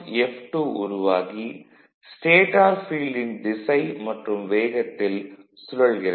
F F2 உருவாகி stator ஃபீல்டின் திசை மற்றும் வேகத்தில் சுழல்கிறது